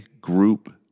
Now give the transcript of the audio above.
group